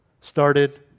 started